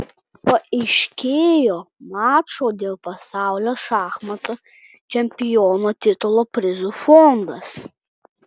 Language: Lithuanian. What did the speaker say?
paaiškėjo mačo dėl pasaulio šachmatų čempiono titulo prizų fondas